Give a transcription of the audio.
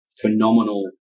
phenomenal